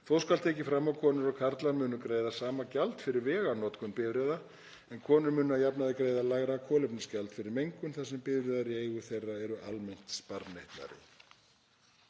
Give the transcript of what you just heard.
Þó skal tekið fram að konur og karlar munu greiða sama gjald fyrir veganotkun bifreiða en konur munu að jafnaði greiða lægra kolefnisgjald fyrir mengun þar sem bifreiðar í eigu þeirra eru almennt sparneytnari.